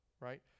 right